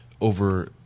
over